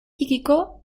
txikiko